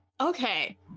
Okay